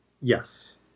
Yes